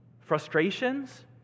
frustrations